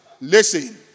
Listen